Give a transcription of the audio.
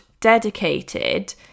dedicated